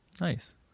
nice